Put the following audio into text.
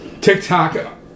TikTok